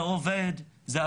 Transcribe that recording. זה עובד, יש בזה הצלחה.